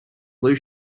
blue